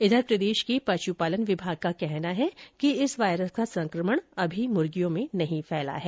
इधर प्रदेश में पशुपालन विभाग का कहना है कि इस वायरस का संकमण अभी मुर्गियों में नहीं फैला है